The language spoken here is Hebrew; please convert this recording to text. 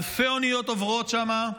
אלפי אוניות עוברות שם,